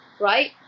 right